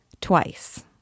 Twice